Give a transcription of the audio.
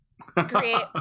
create